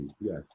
yes